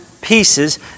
pieces